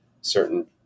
certain